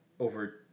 over